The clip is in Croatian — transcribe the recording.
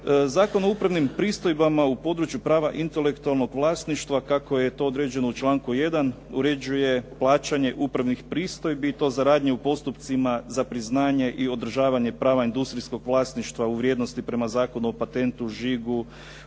Zakon o upravnim pristojbama u području prava intelektualnog vlasništva kako je to određeno u članku 1. uređuje plaćanje upravnih pristojbi i to za radnje u postupcima za priznanje i održavanje prava industrijskog vlasništva u vrijednosti prema Zakonu o patentu, žigu,